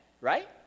right